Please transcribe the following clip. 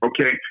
Okay